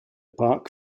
park